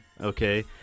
Okay